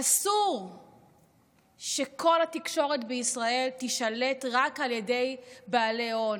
אסור שכל התקשורת בישראל תישלט רק על ידי בעלי הון.